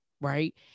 right